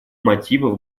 мотивов